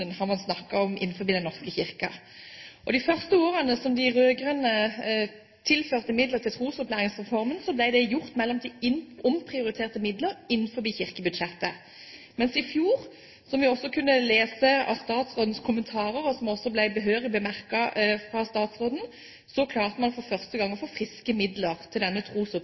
norske kirke. De første årene de rød-grønne tilførte midler til Trosopplæringsreformen, ble det gjort med omprioriterte midler innenfor kirkebudsjettet, mens i fjor, som vi også kunne lese av statsrådens kommentarer, og som også ble behørig bemerket av statsråden, klarte man for første gang å få friske midler til denne